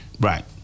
Right